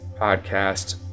podcast